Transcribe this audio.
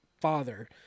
father